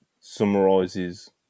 Summarizes